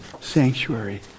sanctuary